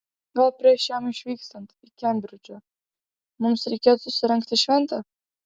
gal prieš jam išvykstant į kembridžą mums reikėtų surengti šventę